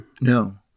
No